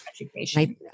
education